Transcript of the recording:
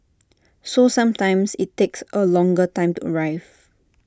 so sometimes IT takes A longer time to arrive